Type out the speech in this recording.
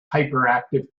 hyperactive